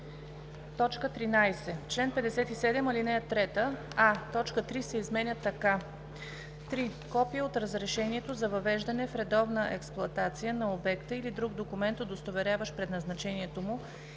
13: „13. В чл. 57, ал. 3: а) точка 3 се изменя така: „3. копие от разрешението за въвеждане в редовна експлоатация на обекта или друг документ, удостоверяващ предназначението му,